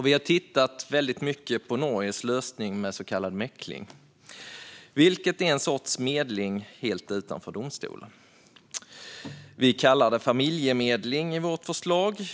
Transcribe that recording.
Vi har tittat väldigt mycket på Norges lösning med så kallad mekling, vilket är en sorts medling helt utanför domstolen. Vi kallar det familjemedling i vårt förslag.